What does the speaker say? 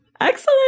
excellent